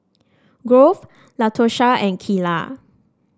Grove Latosha and Keila